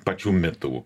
pačių mitų